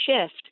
shift